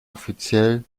offiziell